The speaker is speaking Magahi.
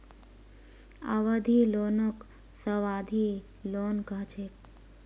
अवधि लोनक सावधि लोन कह छेक